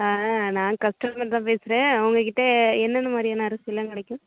நான் நான் கஸ்டமர் தான் பேசுகிறேன் உங்கள் கிட்ட என்னென்ன மாதிரியான அரிசியெலாம் கிடைக்கும்